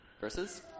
verses